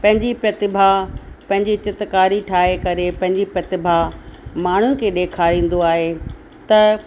पंहिंजी प्रतिभा पंहिंजी चित्रकारी ठाहे करे पंहिंजी प्रतिभा माण्हुनि खे ॾेखारींदो आहे त